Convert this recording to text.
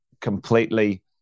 completely